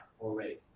already